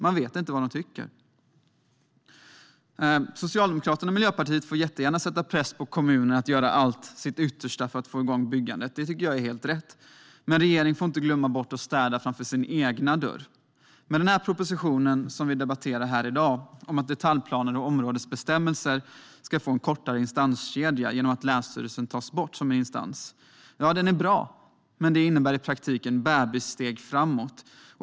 Man vet inte vad de tycker. Socialdemokraterna och Miljöpartiet får jättegärna sätta press på kommunerna att göra sitt yttersta för att få igång byggandet. Det tycker jag är helt rätt. Men regeringen får inte glömma bort att städa framför sin egen dörr. Propositionen som vi debatterar här i dag, om att detaljplaner och områdesbestämmelser ska få en kortare instanskedja genom att länsstyrelsen tas bort som instans, är bra men innebär i praktiken bebissteg framåt.